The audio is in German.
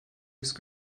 ist